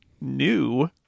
new